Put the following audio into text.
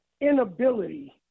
inability